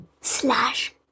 slash